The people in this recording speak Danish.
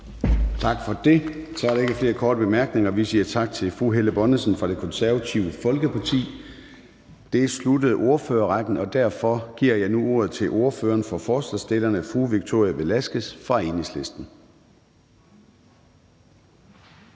Tak for det. Så er der ikke flere korte bemærkninger. Vi siger tak til fru Helle Bonnesen fra Det Konservative Folkeparti. Det sluttede ordførerrækken, og derfor giver jeg nu ordet til ordføreren for forslagsstillerne, fru Victoria Velasquez fra Enhedslisten.